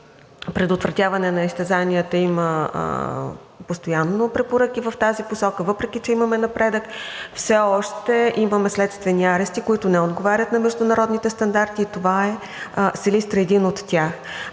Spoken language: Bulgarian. за предотвратяване на изтезанията има постоянно препоръки в тази посока. Въпреки че имаме напредък, все още имаме следствени арести, които не отговарят на международните стандарти, и в Силистра е един от тях.